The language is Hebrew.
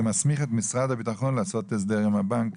זה מסמיך את משרד הביטחון לעשות הסדר עם הבנק.